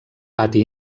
pati